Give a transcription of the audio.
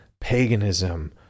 paganism